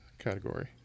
category